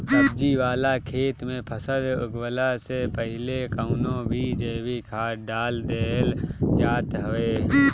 सब्जी वाला खेत में फसल उगवला से पहिले कवनो भी जैविक खाद डाल देहल जात हवे